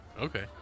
Okay